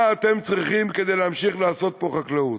מה אתם צריכים כדי להמשיך לעשות פה חקלאות?